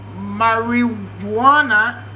marijuana